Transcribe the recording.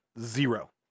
Zero